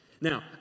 Now